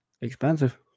Expensive